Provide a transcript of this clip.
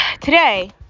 today